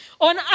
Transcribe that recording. on